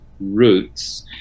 roots